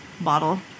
bottle